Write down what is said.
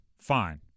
fine